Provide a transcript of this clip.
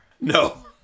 No